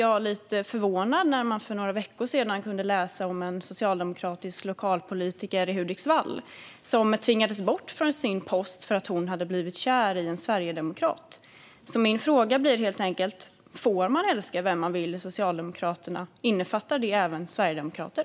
Därför blev jag förvånad när jag för några veckor sedan läste om en socialdemokratisk lokalpolitiker i Hudiksvall som tvingades bort från sin post på grund av att hon blivit kär i en sverigedemokrat. Min fråga blir helt enkelt: Får man i Socialdemokraterna älska vem man vill? Innefattar det även sverigedemokrater?